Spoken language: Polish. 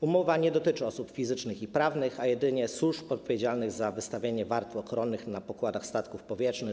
Umowa nie dotyczy osób fizycznych i prawnych, a jedynie służb odpowiedzialnych za wystawianie wart ochronnych na pokładach statków powietrznych.